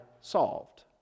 solved